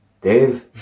Dave